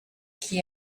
qui